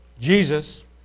Jesus